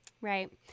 Right